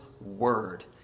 word